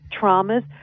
traumas